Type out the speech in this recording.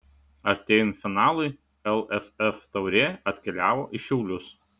artėjant finalui lff taurė atkeliavo į šiaulius